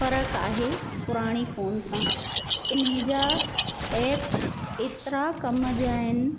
फर्क़ु आहे पुराणे फोन सां इन्हीअ जा एप एतिरा कम जा आहिनि